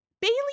Bailey